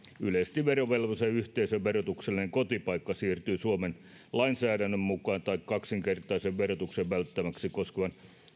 yleisesti verovelvollisen yhteisön verotuksellinen kotipaikka siirtyy suomen lainsäädännön mukaan tai kaksinkertaisen verotuksen välttämistä koskevan